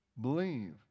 believe